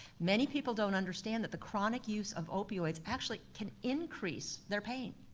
many people don't understand that the chronic use of opioids actually can increase their pain.